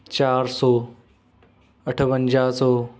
ਚਾਰ ਸੌ ਅਠਵੰਜਾ ਸੌ